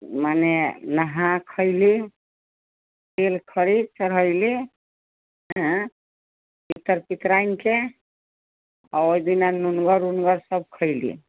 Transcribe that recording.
माने नहा खयली फेर खरी चढ़ेली पितर पितराइनके आ ओहिदिना नूनगर उनगर सभ खयली